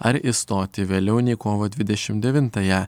ar išstoti vėliau nei kovo dvidešim devintąją